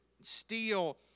steel